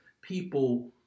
people